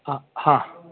हा हा